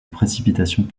précipitations